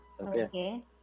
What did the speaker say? Okay